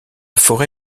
forêt